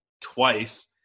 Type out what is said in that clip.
twice